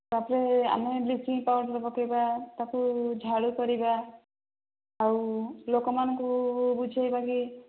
ତା'ପରେ ଆମେ bleaching powder ପକାଇବା ତାକୁ ଝାଡ଼ୁ କରିବା ଆଉ ଲୋକମାନଙ୍କୁ ବୁଝାଇବା କି